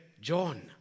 John